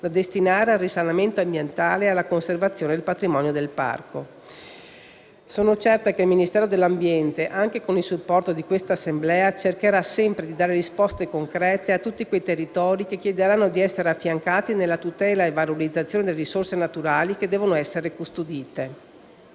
da destinare al risanamento ambientale e alla conservazione del patrimonio del parco. Sono certa che il Ministero dell'ambiente, anche con il supporto di questa Assemblea, cercherà sempre di dare risposte concrete a tutti quei territori che chiederanno di essere affiancati nella tutela e valorizzazione delle risorse naturali che devono essere custodite.